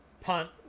punt